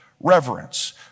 reverence